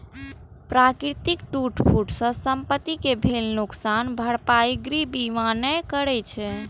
प्राकृतिक टूट फूट सं संपत्ति कें भेल नुकसानक भरपाई गृह बीमा नै करै छै